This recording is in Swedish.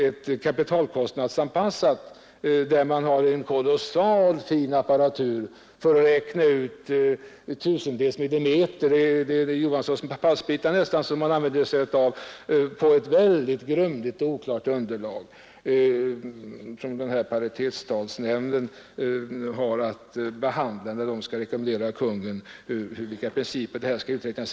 Vi kanske borde fått ett hyresanpassat paritetslån i stället för ett kapitalkostnadsanpassat.